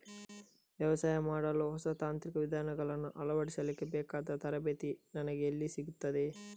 ವ್ಯವಸಾಯ ಮಾಡಲು ಹೊಸ ತಾಂತ್ರಿಕ ವಿಧಾನಗಳನ್ನು ಅಳವಡಿಸಲಿಕ್ಕೆ ಬೇಕಾದ ತರಬೇತಿ ನನಗೆ ಎಲ್ಲಿ ಸಿಗುತ್ತದೆ?